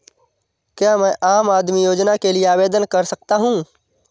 क्या मैं आम आदमी योजना के लिए आवेदन कर सकता हूँ?